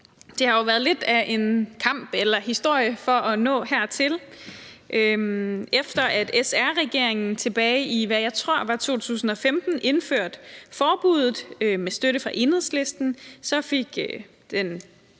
Det har jo været lidt af en kamp for at nå hertil – lidt af en historie. Efter at SR-regeringen tilbage i, hvad jeg tror var 2015 indførte forbuddet med støtte fra Enhedslisten, fik den